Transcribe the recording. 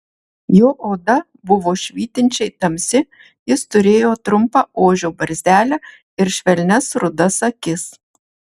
jo oda buvo švytinčiai tamsi jis turėjo trumpą ožio barzdelę ir švelnias rudas akis